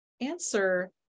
answer